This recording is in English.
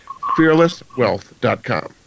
FearlessWealth.com